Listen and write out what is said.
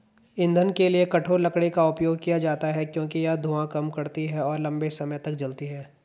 ईंधन के लिए कठोर लकड़ी का उपयोग किया जाता है क्योंकि यह धुआं कम करती है और लंबे समय तक जलती है